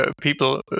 people